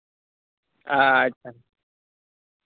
ᱟᱪᱪᱷᱟ